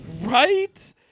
right